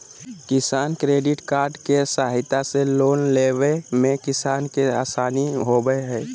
किसान credit card के सहायता से लोन लेवय मे किसान के आसानी होबय हय